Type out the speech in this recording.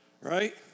right